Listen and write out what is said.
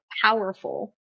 powerful